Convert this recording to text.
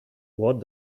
what